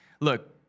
look